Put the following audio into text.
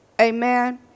Amen